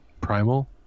Primal